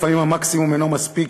לפעמים המקסימום אינו מספיק,